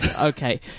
Okay